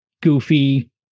goofy